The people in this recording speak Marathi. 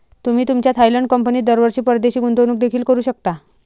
तुम्ही तुमच्या थायलंड कंपनीत दरवर्षी परदेशी गुंतवणूक देखील करू शकता